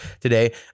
today